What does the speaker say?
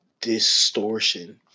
distortion